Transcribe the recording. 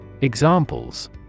Examples